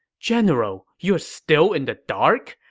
general, you're still in the dark?